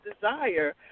desire